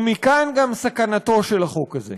ומכאן גם סכנתו של החוק הזה.